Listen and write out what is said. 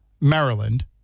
Maryland